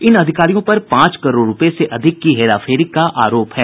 इन अधिकारियों पर पांच करोड़ रूपये से अधिक की हेराफेरी का आरोप है